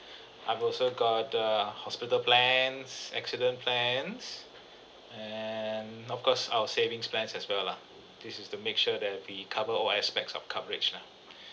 I've also got a hospital plans accident plans and of course our savings plans as well lah this is to make sure that we cover all aspects of coverage lah